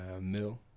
mill